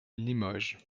limoges